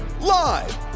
live